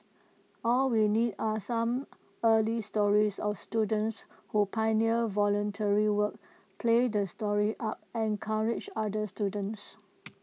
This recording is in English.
all we need are some early stories of students who pioneer voluntary work play the story up encourage other students